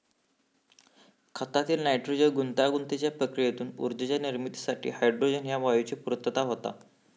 खतातील नायट्रोजन गुंतागुंतीच्या प्रक्रियेतून ऊर्जेच्या निर्मितीसाठी हायड्रोजन ह्या वायूची पूर्तता होता